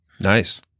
nice